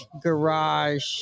garage